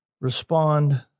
respond